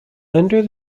under